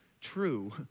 True